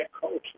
culture